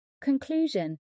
Conclusion